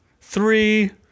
Three